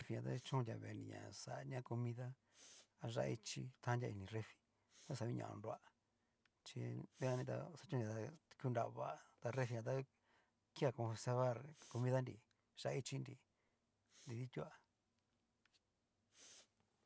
Refri jan ta kuchonria vénri ña xaña comida a yá'a ichi tan nria ini refri, ta u'ña konroa chi dikanni ta oxa kuchonria ta kunravá ta refrijan tá kea conservar, comidanri yá'a ichi nrí nrida itua.